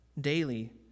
daily